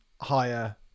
higher